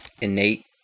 innate